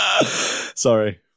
Sorry